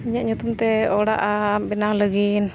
ᱤᱧᱟᱹᱜ ᱧᱩᱛᱩᱢ ᱛᱮ ᱚᱲᱟᱜ ᱵᱮᱱᱟᱣ ᱞᱟᱹᱜᱤᱫ